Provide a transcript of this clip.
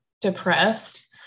depressed